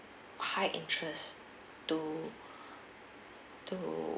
high interest to to